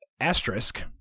Asterisk